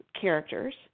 characters